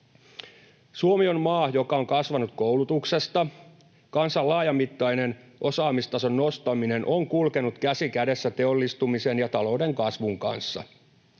Suomi on maa, joka on kasvanut koulutuksesta. Kansan laajamittainen osaamistason nostaminen on kulkenut käsi kädessä teollistumisen ja talouden kasvun kanssa.